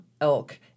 elk